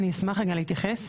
אני אשמח להתייחס.